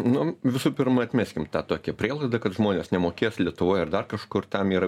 nu visų pirma atmeskim tą tokią prielaidą kad žmonės nemokės lietuvoj ar dar kažkur tam yra